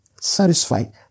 satisfied